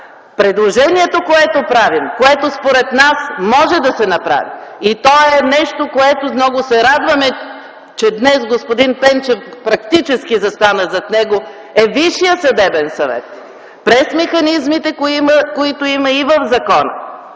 Предложението, което правим и според нас може да се осъществи, и е нещо, което много се радваме, че днес господин Пенчев практически застана зад него, е Висшият съдебен съвет през механизмите, които има и в закона,